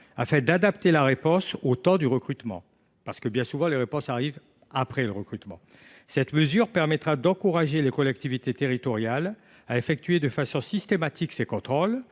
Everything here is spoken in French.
afin d’adapter la réponse au temps du recrutement. En effet, bien souvent, les réponses arrivent après le recrutement. Cela permettra d’encourager les collectivités territoriales à effectuer de façon systématique ces contrôles,